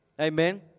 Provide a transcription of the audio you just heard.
Amen